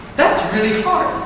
that's really hard.